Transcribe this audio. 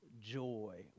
joy